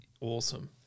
awesome